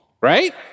right